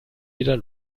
wieder